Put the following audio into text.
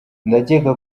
ndakeka